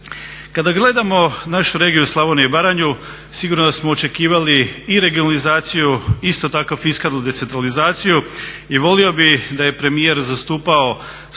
Kada gledamo našu regiju Slavoniju i Baranju sigurno da smo očekivali i regionalizaciju, isto tako fiskalnu decentralizaciju i volio bih da je premijer zastupao